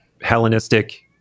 Hellenistic